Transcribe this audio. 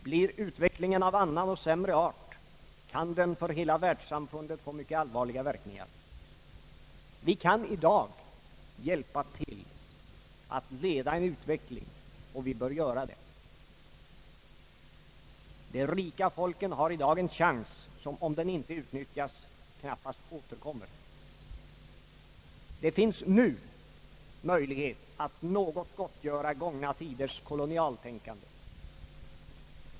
Blir utvecklingen av annan och sämre art kan den för hela världssamfundet få mycket allvarliga verkningar. Vi kan i dag hjälpa till att leda en utveckling, och vi bör göra det. De rika folken har i dag en chans som, om den inte utnyttjas, knappast återkommer. Det finns nu möjlighet att något gottgöra gångna tiders kolonialtänkande.